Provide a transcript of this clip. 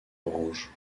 orange